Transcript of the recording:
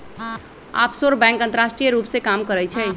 offshore bank अंतरराष्ट्रीय रूप से काम करइ छइ